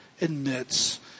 admits